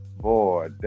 Boy